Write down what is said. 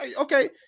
Okay